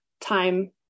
time